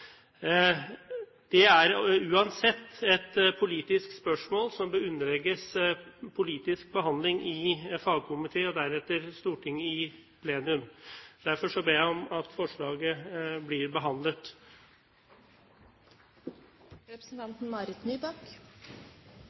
Det er uansett et politisk spørsmål som bør underlegges politisk behandling i fagkomité og deretter Stortinget i plenum. Derfor ber jeg om at forslaget blir